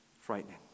frightening